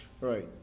right